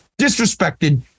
disrespected